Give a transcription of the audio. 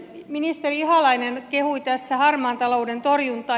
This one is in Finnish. ministeri ihalainen kehui tässä harmaan talouden torjuntaa